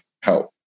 help